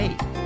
Hey